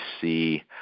see